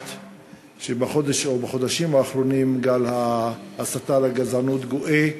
שאמרת שבחודשים האחרונים גל ההסתה לגזענות גואה,